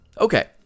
Okay